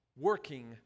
working